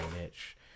niche